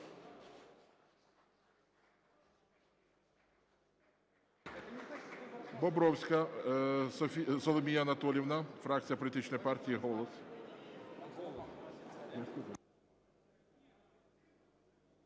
Бобровська Соломія Анатоліївна, фракція політичної партії "Голос".